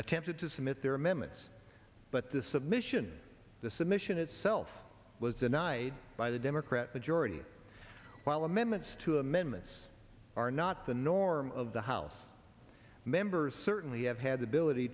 attempted to submit their amendments but this submission the submission itself was denied by the democrat majority while amendments to amendments are not the norm of the house members certainly have had the ability